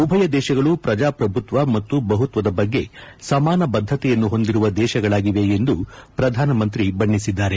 ಉಭಯ ದೇಶಗಳು ಪ್ರಜಾಪ್ರಭುತ್ವ ಮತ್ತು ಬಹುತ್ವದ ಬಗ್ಗೆ ಸಮಾನ ಬದ್ಧತೆಯನ್ನು ಹೊಂದಿರುವ ದೇಶಗಳಾಗಿವೆ ಎಂದು ಪ್ರಧಾನಿ ಬಣ್ಣೆಸಿದ್ದಾರೆ